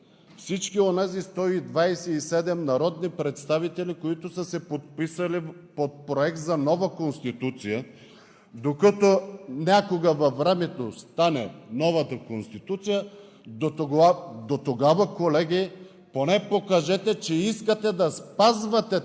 всички онези 127 народни представители, които са се подписали под проект за нова Конституция, докато някога във времето стане новата Конституция, дотогава, колеги, поне покажете, че искате да спазвате